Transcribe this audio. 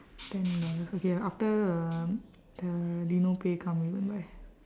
ten dollars okay after um the leno pay come we go and buy